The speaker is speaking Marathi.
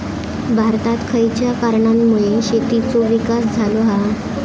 भारतात खयच्या कारणांमुळे शेतीचो विकास झालो हा?